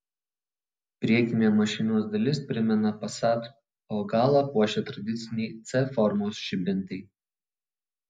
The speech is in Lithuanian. priekinė mašinos dalis primena passat o galą puošia tradiciniai c formos žibintai